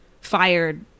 fired